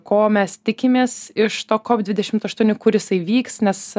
ko mes tikimės iš to kop dvidešimt aštuoni kuris įvyks nes